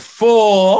four